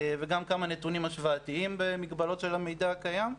וגם כמה נתונים השוואתיים במגבלות של המידע הקיים.